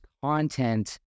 content